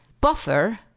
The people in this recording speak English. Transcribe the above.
Buffer